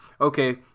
okay